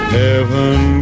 heaven